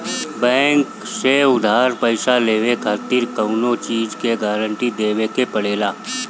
bank से उधार पईसा लेवे खातिर कवनो चीज के गारंटी देवे के पड़ेला